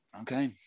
Okay